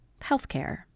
healthcare